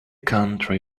country